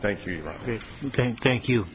thank you thank you